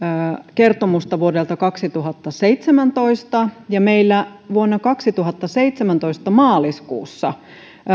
kertomusta vuodelta kaksituhattaseitsemäntoista ja meillä vuonna kaksituhattaseitsemäntoista maaliskuussa